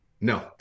No